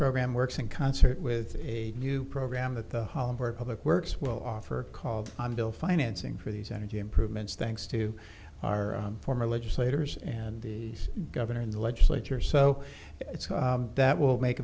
program works in concert with a new program that the public works will offer called on bill financing for these energy improvements thanks to our former legislators and the governor in the legislature so that will make